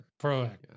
proactive